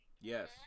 Yes